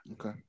Okay